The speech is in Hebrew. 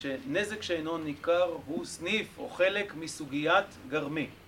שנזק שאינו ניכר הוא סניף או חלק מסוגיית גרמי